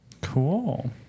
cool